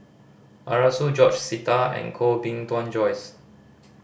Arasu George Sita and Koh Bee Tuan Joyce